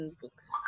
books